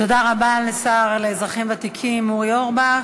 תודה רבה לשר לאזרחים ותיקים אורי אורבך.